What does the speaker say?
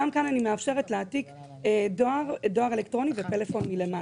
גם כאן אני מאפשרת להעתיק דואר אלקטרוני ופלאפון מלמעלה,